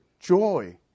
joy